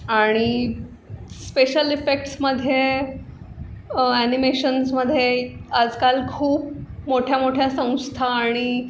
आणि स्पेशल इफेक्ट्समध्ये ॲनिमेशन्समध्ये आजकाल खूप मोठ्या मोठ्या संस्था आणि